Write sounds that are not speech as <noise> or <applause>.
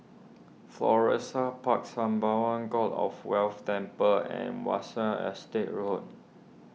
Florissa Park Sembawang God of Wealth Temple and <unintelligible> Estate Road